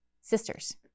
sisters